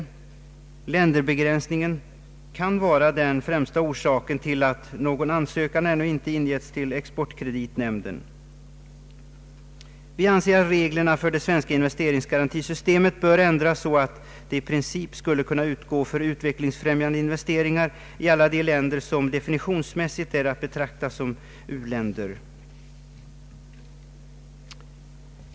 Länderbegränsningen kan vara den främsta orsaken till att någon ansökan ännu inte ingetts till exportkreditnämnden. Vi anser att reglerna för det svenska investeringsgarantisystemet bör ändras så att det i princip skall kunna gälla för utvecklingsfrämjande investeringar i alla de länder som definitionsmässigt är att betrakta som u-länder.